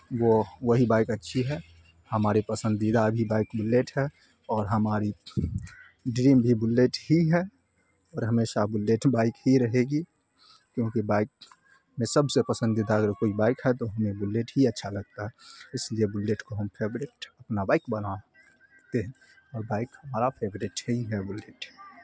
وہ وہی بائک اچھی ہے ہماری پسندیدہ بھی بائک بلیٹ ہے اور ہماری ڈریم بھی بلیٹ ہی ہے اور ہمیشہ بلیٹ بائک ہی رہے گی کیونکہ بائک میں سب سے پسندیدہ اگر کوئی بائک ہے تو ہمیں بلیٹ ہی اچھا لگتا ہے اس لیے بلیٹ کو ہم فیورٹ اپنا بائک بناتے ہیں اور بائک ہمارا فیوریٹ ہی ہے بلیٹ